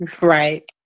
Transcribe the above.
Right